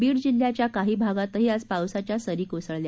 बीड जिल्ह्याच्या काही भागातही आज पावसाच्या सरी कोसळल्या